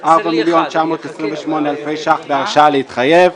4,928 אלפי שקלים חדשים בהרשאה להתחייב.